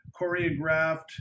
choreographed